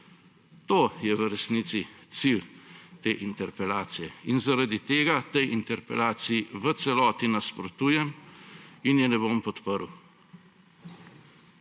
To je v resnici cilj te interpelacije. Zaradi tega tej interpelaciji v celoti nasprotujem in je ne bom podprl.